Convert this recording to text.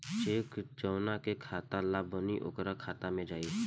check जौना के खाता ला बनी ओकरे खाता मे जाई